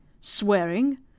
Swearing